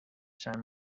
shine